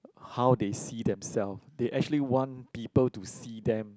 how they see themselves they actually want people to see them